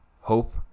Hope